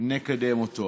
שנקדם אותו.